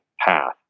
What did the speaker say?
path